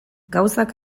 gauzak